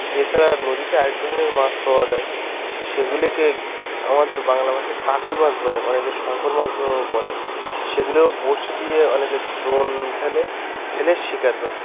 এছাড়া নদীতে আরেক ধরনের মাছ পাওয়া যায় সেগুলিকে আমাদের বাংলা ভাষায় চাকল মাছ বলে অনেকে সংকর মাছও বলে সেগুলো বড়শি দিয়ে অনেকে দোন ফেলে ফেলে শিকার করে